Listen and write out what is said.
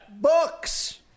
Books